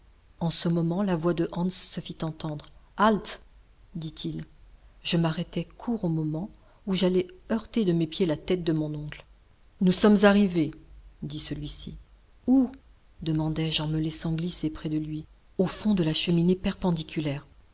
en ce moment la voix de hans se fit entendre halt dit-il je m'arrêtai court au moment où j'allais heurter de mes pieds la tête de mon oncle nous sommes arrivés dit celui-ci où demandai-je en me laissant glisser près de lui au fond de la cheminée perpendiculaire